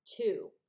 Two